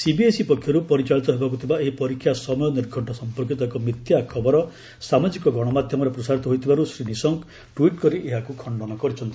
CBSE ପକ୍ଷରୁ ପରିଚାଳିତ ହେବାକୁ ଥିବା ଏହି ପରୀକ୍ଷା ସମୟ ନିର୍ଘ୍ୟ ସଫପର୍କିତ ଏକ ମିଥ୍ୟା ଖବର ସାମାଜିକ ଗଣମାଧ୍ୟମରେ ପ୍ରସାରିତ ହୋଇଥିବାରୁ ଶ୍ରୀ ନିଶଙ୍କ ଟ୍ୱିଟ୍ କରି ଏହାକୁ ଖଣ୍ଡନ କରିଛନ୍ତି